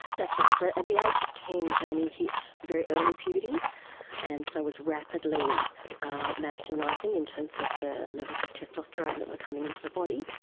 that's right. so at the age of ten jamie hit very early puberty and so was rapidly masculinising in terms of the levels of testosterone that were coming into the body,